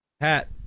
hat